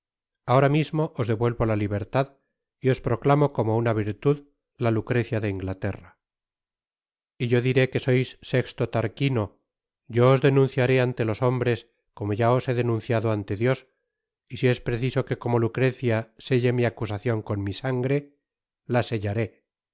ahora mismo os devuelvo la libertad y os proclamo como una virtud la lucrecia de inglaterra y yo diré que sois sexto tarquino yo os denunciaré ante los hombres como ya os he denunciado ante dios y si es preciso que como lucrecia selle mi acusacion con mi sangre la setlaré